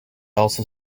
also